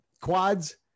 quads